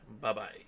Bye-bye